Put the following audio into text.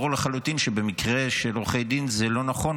ברור לחלוטין שבמקרה של עורכי דין זה לא נכון,